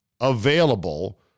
available